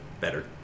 better